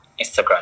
Instagram